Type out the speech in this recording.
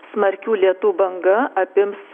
smarkių lietų banga apims